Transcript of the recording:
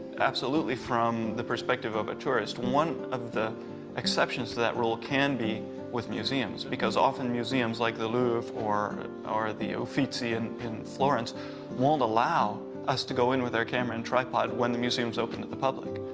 absolutely, from the perspective of a tourist, one of the exceptions to that rule can be with museums because often, museums like the louvre or the uffizi and in florence won't allow us to go in with our camera and tripod when the museum's open to the public.